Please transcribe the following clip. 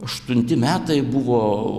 aštunti metai buvo